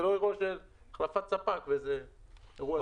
זה לא אירוע של החלפת ספק, זה אירוע זמני.